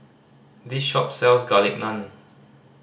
this shop sells Garlic Naan